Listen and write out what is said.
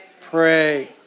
Pray